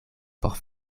por